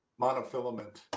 monofilament